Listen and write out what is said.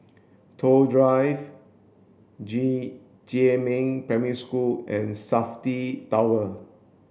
Toh Drive Jiemin Primary School and SAFTI Tower